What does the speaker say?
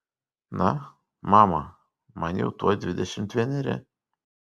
na mama man jau tuoj dvidešimt vieneri